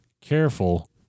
careful